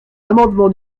l’amendement